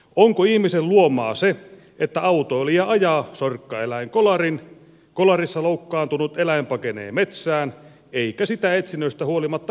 onko ihmisen luomaa se että autoilija ajaa sorkkaeläinkolarin kolarissa loukkaantunut eläin pakenee metsään eikä sitä etsinnöistä huolimatta löydetä